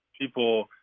people